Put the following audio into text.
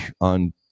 on